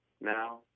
now